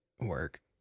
work